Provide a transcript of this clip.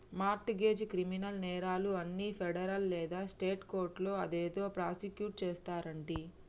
mart గెజ్, criminal నేరాలు అన్ని ఫెడరల్ లేదా స్టేట్ కోర్టులో అదేదో ప్రాసుకుట్ చేస్తారంటి